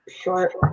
short